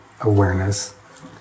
awareness